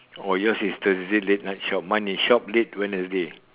oh yours is Thursday late night shop mine is shop late Wednesday